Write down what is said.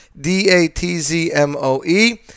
D-A-T-Z-M-O-E